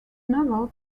novel